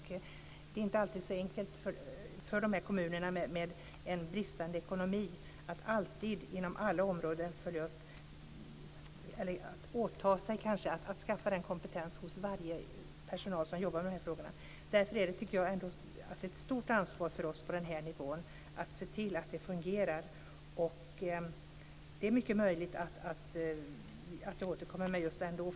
Det är inte alltid så enkelt för dessa kommuner - med bristande ekonomi - att inom alla områden åta sig att skaffa den kompetens som behövs för den personal som arbetar med frågorna. Därför är det ett stort ansvar för oss på denna nivå att se till att det hela fungerar. Det är möjligt att jag återkommer med frågan.